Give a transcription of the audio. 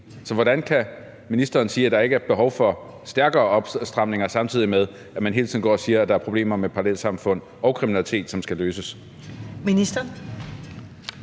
Så hvordan kan ministeren sige, at der ikke er behov for stærkere opstramninger, samtidig med at man hele tiden går og siger, at der er problemer med parallelsamfund og kriminalitet, som skal løses?